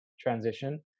transition